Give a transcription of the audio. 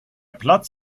platz